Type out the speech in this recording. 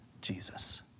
Jesus